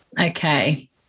okay